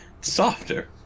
Softer